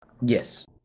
Yes